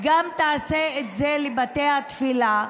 גם תעשה את זה לבתי התפילה,